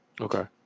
Okay